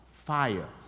Fire